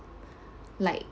like